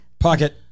Pocket